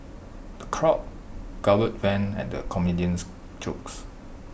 the crowd guffawed when at the comedian's jokes